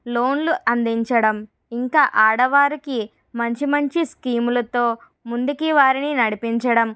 లోన్లు అందించడం ఇంకా ఆడవారికి మంచి మంచి స్కీంలతో ముందుకి వారిని నడిపించడం